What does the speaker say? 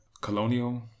colonial